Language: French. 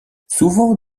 souvent